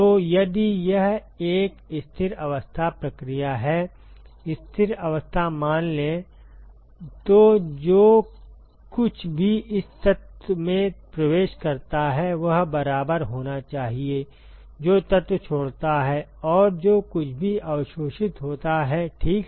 तो यदि यह एक स्थिर अवस्था प्रक्रिया है स्थिर अवस्था मान लें तो जो कुछ भी इस तत्व में प्रवेश करता है वह बराबर होना चाहिए जो तत्व छोड़ता है और जो कुछ भी अवशोषित होता है ठीक है